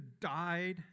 died